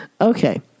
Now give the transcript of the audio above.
Okay